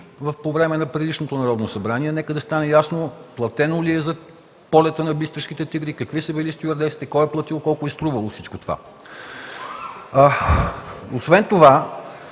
по време на предишното Народно събрание. Нека стане ясно платено ли е за полета на „Бистришките тигри”, какви са били стюардесите, кой е платил, колко е струвало всичко това. Освен това